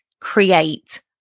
create